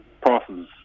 Prices